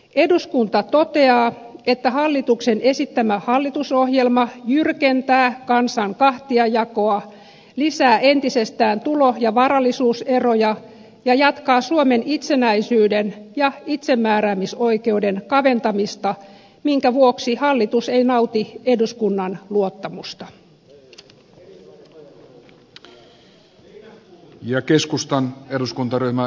eduskunta toteaa että hallituksen esittämä hallitusohjelma jyrkentää kansan kahtiajakoa lisää entisestään tulo ja varallisuuseroja ja jatkaa suomen itsenäisyyden ja itsemääräämisoikeuden kaventamista minkä vuoksi hallitus ei nauti eduskunnan luottamusta